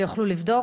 ויוכלו לבדוק.